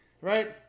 right